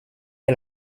est